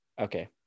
Okay